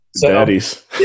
Daddies